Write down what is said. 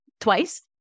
twice